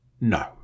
No